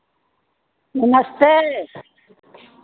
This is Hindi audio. नमस्ते